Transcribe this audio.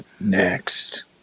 Next